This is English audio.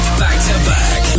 back-to-back